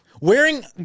wearing